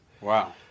wow